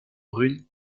brune